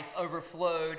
overflowed